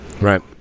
Right